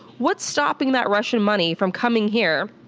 what's stopping that russian money from coming here,